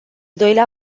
doilea